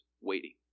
Waiting